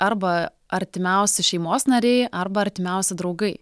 arba artimiausi šeimos nariai arba artimiausi draugai